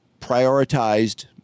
prioritized